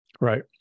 Right